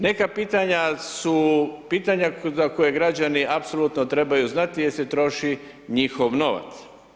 Neka pitanja su pitanja za koje građani apsolutno trebaju znat jer se troši njihov novac.